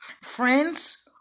Friends